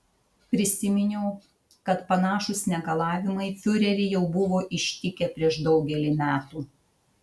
prisiminiau kad panašūs negalavimai fiurerį jau buvo ištikę prieš daugelį metų